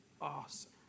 awesome